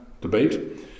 debate